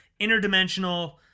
interdimensional